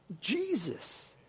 Jesus